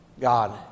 God